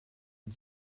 and